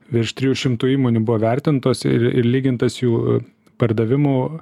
virš trijų šimtų įmonių buvo vertintos ir ir lygintas jų pardavimų